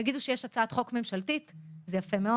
יגידו שיש הצעת חוק ממשלתית זה יפה מאוד.